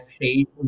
hate